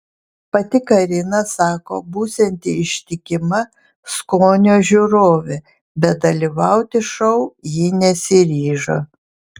pati karina sako būsianti ištikima skonio žiūrovė bet dalyvauti šou ji nesiryžo